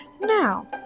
Now